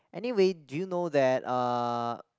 anyway do you know that uh